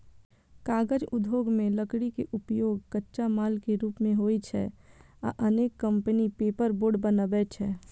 कागज उद्योग मे लकड़ी के उपयोग कच्चा माल के रूप मे होइ छै आ अनेक कंपनी पेपरबोर्ड बनबै छै